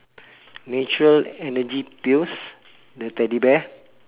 natural energy pills the teddy bear